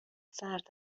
سرد